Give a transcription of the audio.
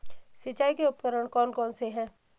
सिंचाई के उपकरण कौन कौन से हैं?